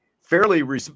fairly